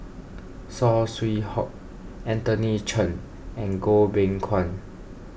Saw Swee Hock Anthony Chen and Goh Beng Kwan